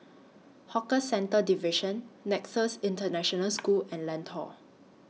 Hawker Centres Division Nexus International School and Lentor